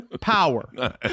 power